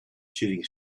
shooting